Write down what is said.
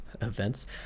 events